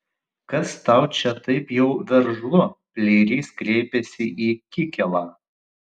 kas tau čia taip jau veržlu pleirys kreipėsi į kikėlą